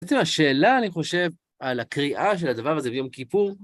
בעצם השאלה, אני חושב, על הקריאה של הדבר הזה ביום כיפור...